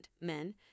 men